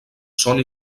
són